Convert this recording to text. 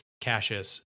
Cassius